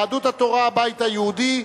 יהדות התורה והבית היהודי,